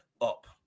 up